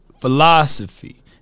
philosophy